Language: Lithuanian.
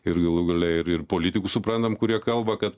ir galų gale ir ir politikus suprantam kurie kalba kad